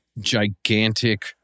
gigantic